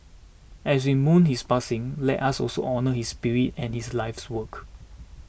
as we mourn his passing let us also honour his spirit and his life's work